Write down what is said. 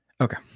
Okay